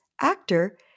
actor